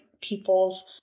people's